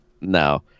No